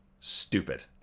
stupid